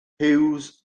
huws